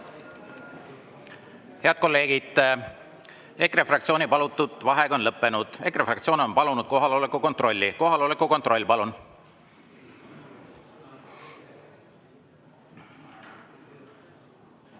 Head kolleegid! EKRE fraktsiooni palutud vaheaeg on lõppenud. EKRE fraktsioon on palunud kohaloleku kontrolli. Kohaloleku kontroll, palun!